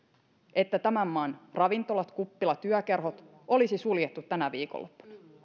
että tämän maan ravintolat kuppilat yökerhot olisi suljettu tänä viikonloppuna